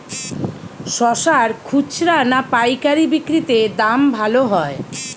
শশার খুচরা না পায়কারী বিক্রি তে দাম ভালো হয়?